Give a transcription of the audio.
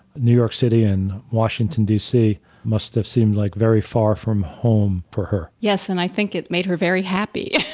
new york city and washington dc must have seemed like very far from home for her. yes, and i think it made her very happy.